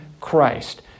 Christ